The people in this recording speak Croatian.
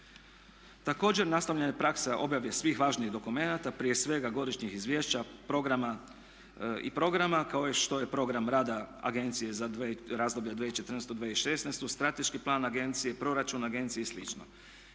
Također nastavljanje prakse objave svih važnih dokumenata prije svega godišnjih izvješća programa i programa kao što je i program rada Agencije za razdoblje 2014.-2016., strateški plan agencije, proračun agencije i